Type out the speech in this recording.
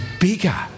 bigger